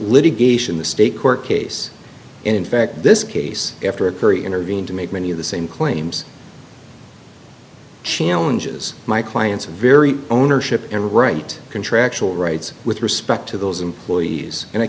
litigation the state court case and in fact this case after a very intervene to make many of the same claims challenges my clients very ownership and right contractual rights with respect to those employees and i